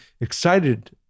excited